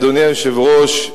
אדוני היושב-ראש,